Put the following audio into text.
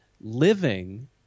living